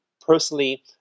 personally